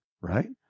right